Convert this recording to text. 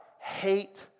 hate